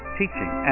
teaching